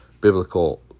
biblical